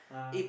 ah